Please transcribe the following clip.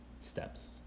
steps